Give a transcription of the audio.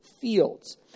fields